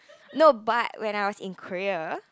no but when I was in Korea